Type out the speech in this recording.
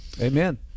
Amen